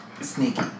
sneaky